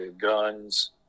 guns